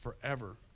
forever